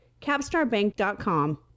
CapstarBank.com